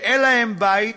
שאין להם בית,